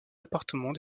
appartements